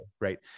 right